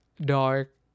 dark